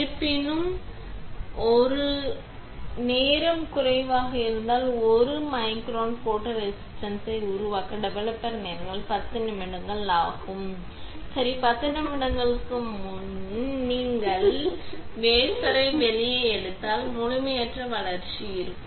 இருப்பினும் ஒரு இருந்தால் நேரம் குறைவாக இருந்தால் 1 மைக்ரான் ஃபோட்டோரெசிஸ்ட்டை உருவாக்க டெவலப்பர் நேரம் 10 நிமிடங்கள் ஆகும் சரி 10 நிமிடங்களுக்கு முன் நீங்கள் வேஃபரை வெளியே எடுத்தால் முழுமையற்ற வளர்ச்சி இருக்கும்